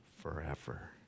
forever